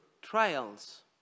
Trials